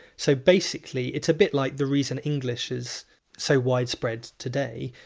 so basically it's a bit like the reason english is so widespread today.